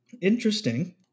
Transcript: interesting